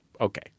okay